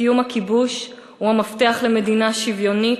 סיום הכיבוש הוא המפתח למדינה שוויונית,